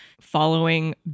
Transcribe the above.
following